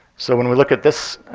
so when we look at this